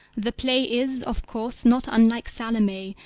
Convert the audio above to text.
the play is, of course, not unlike salome,